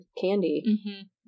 candy